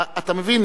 אתה מבין,